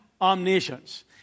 omniscience